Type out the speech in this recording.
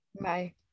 Bye